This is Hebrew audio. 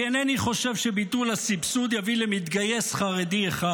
כי אינני חושב שביטול הסבסוד יביא למתגייס חרדי אחד.